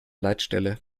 leitstelle